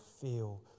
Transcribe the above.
feel